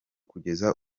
kugeza